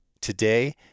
Today